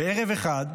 בערב אחד,